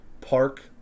park